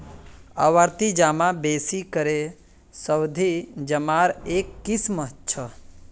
आवर्ती जमा बेसि करे सावधि जमार एक किस्म छ